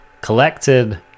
Collected